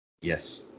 Yes